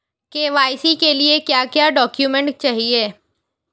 KYC के लिए क्या क्या डॉक्यूमेंट चाहिए?